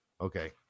Okay